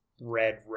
red